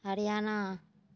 Haryana